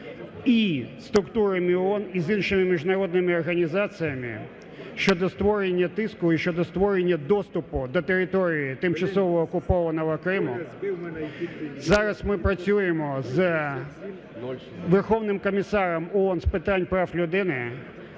з структурами ООН, і з іншими міжнародними організаціями щодо створення тиску і щодо створення доступу до території тимчасово окупованого Криму. Зараз ми працюємо з Верховним комісаром ООН з питань прав людини,